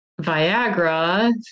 Viagra